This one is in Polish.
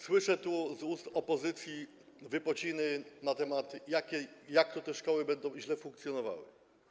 Słyszę tu z ust opozycji wypociny na temat tego, jak to te szkoły będą źle funkcjonowały.